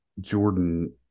Jordan